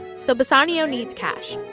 so bassanio needs cash.